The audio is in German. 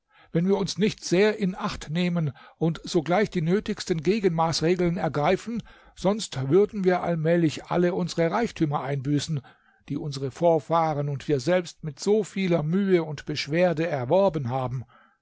wenn wir uns nicht sehr in acht nehmen und sogleich die nötigsten gegenmaßregeln ergreifen sonst würden wir allmählich alle unsere reichtümer einbüßen die unsere vorfahren und wir selbst mit so vieler mühe und beschwerde erworben haben